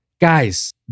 Guys